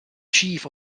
chief